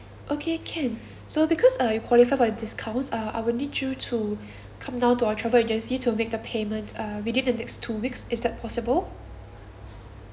okay can so because uh you're qualified for the discounts uh I will need you to come down to our travel agency to make the payments uh within the next two weeks is that possible